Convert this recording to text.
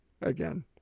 again